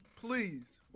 Please